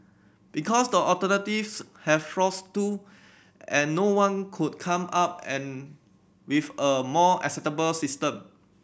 because the alternatives have flaws too and no one could come up an with a more acceptable system